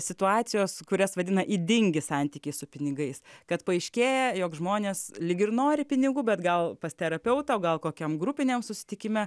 situacijos kurias vadina ydingi santykiai su pinigais kad paaiškėja jog žmonės lyg ir nori pinigų bet gal pas terapeutą o gal kokiam grupiniam susitikime